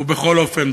ובכל אופן,